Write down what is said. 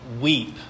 weep